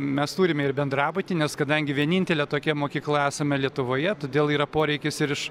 mes turime ir bendrabutį nes kadangi vienintelė tokia mokykla esame lietuvoje todėl yra poreikis ir iš